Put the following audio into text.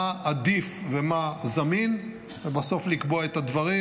מה עדיף ומה זמין, ובסוף לקבוע את הדברים.